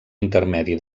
intermedi